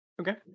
Okay